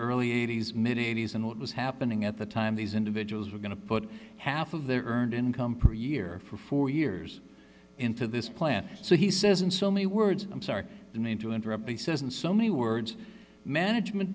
early eighty's mid eighty's and what was happening at the time these individuals were going to put half of their earned income per year for four years into this plan so he says in so many words i'm sorry to interrupt he says in so many words management